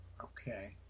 Okay